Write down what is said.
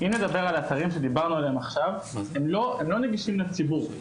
הם לא נגישים לציבור,